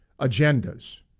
Agendas